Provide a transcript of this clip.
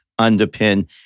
underpin